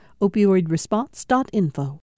Opioidresponse.info